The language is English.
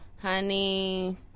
honey